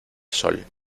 sol